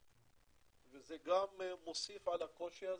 וזה גם מוסיף על הקושי הזה.